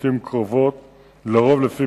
חוזה החכירה עבור גן-הילדים ביישוב כוכב-השחר נדון במינהל